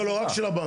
לא, לא, רק של הבנק.